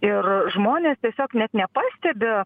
ir žmonės tiesiog net nepastebi